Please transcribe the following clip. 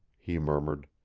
he murmured.